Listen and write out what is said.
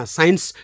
Science